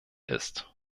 ist